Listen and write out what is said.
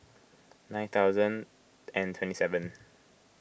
nine thousand and twenty seven